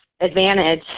advantage